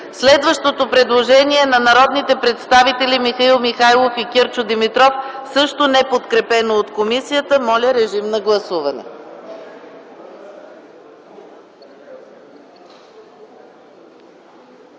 Следващото предложение е на народните представители Михаил Михайлов и Кирчо Димитров, също неподкрепено от комисията. Моля, режим на гласуване!